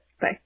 Bye